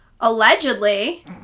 Allegedly